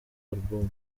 album